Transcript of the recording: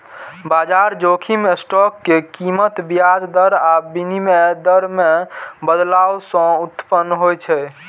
बाजार जोखिम स्टॉक के कीमत, ब्याज दर आ विनिमय दर मे बदलाव सं उत्पन्न होइ छै